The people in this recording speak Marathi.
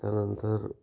त्यानंतर